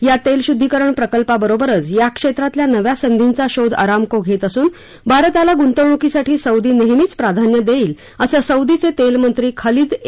या तेलशृध्दीकरण प्रकल्पाबरोबरच या क्षेत्रातल्या नव्या संधींचा शोध अराम्को घेत असून भारताला गुंतवणूकीसाठी सौदी नेहमीच प्राधान्य देईल असं सौदीचे तेल मंत्री खलिद ए